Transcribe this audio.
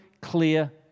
clear